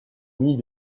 muni